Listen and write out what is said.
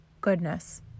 goodness